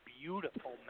beautiful